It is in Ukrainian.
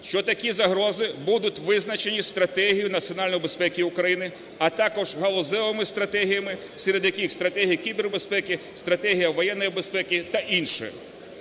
що такі загрози будуть визначені стратегією національної безпеки України, а також галузевими стратегіями, серед яких стратегія кібербезпеки, стратегія воєнної безпеки та інші.